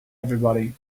everybody